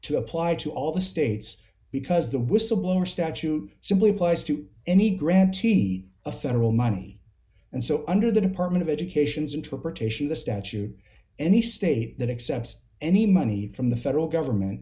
to apply to all the states because the whistleblower statute simply applies to any grant t a federal money and so under the department of education's interpretation of the statute any state that accepts any money from the federal government